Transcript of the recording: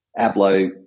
Ablo